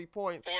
points